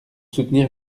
soutenir